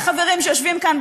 החברים שיושבים כאן,